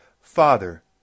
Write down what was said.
Father